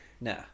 nah